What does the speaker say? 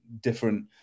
different